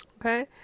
Okay